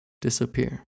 disappear